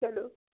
چلو